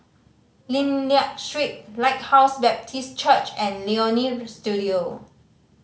Lim Liak Street Lighthouse Baptist Church and Leonie Studio